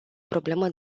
problemă